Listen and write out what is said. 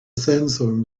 sandstorm